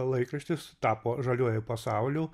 laikraštis tapo žaliuoju pasauliu